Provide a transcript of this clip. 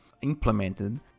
implemented